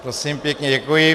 Prosím pěkně, děkuji.